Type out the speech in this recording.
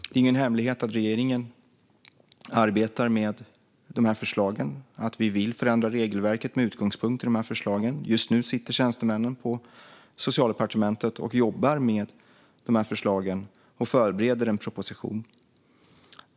Det är ingen hemlighet att regeringen arbetar med de här förslagen och att vi vill förändra regelverket med utgångspunkt i förslagen. Just nu sitter tjänstemännen på Socialdepartementet och jobbar med förslagen och förbereder en proposition.